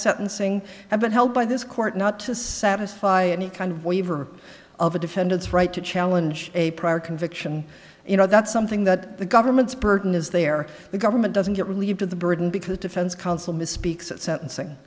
have been held by this court not to satisfy any kind of waiver of a defendant's right to challenge a prior conviction you know that's something that the government's burden is there the government doesn't get relieved of the burden because defense counsel misspeaks at sentencing